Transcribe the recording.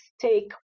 take